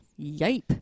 Yipe